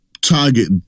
target